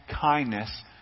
kindness